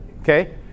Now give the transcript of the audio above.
okay